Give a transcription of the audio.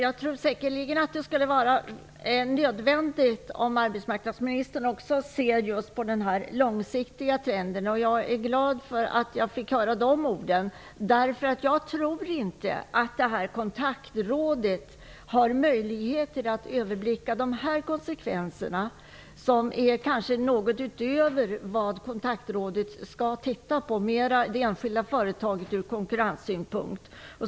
Fru talman! Det är nödvändigt att arbetsmarknadsministern beaktar även den långsiktiga trenden. Jag är därför glad över arbetsmarknadsministerns ord. Jag tror nämligen inte att Kontaktrådet har möjlighet att överblicka de av mig påtalade konsekvenserna, som kanske ligger utanför vad Kontaktrådet skall se på. Kontaktrådet skall ju mer ägna sig åt enskilda företag från konkurrenssynpunkt.